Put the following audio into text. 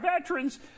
veterans